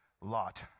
lot